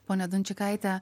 ponia dunčikaite